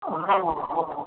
हॅं हॅं हॅं